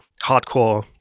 hardcore